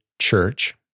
Church